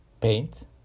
paint